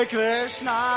Krishna